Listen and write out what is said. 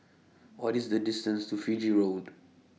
What IS The distance to Fiji Road